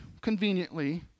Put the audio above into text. conveniently